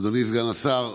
אדוני סגן השר,